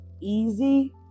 easy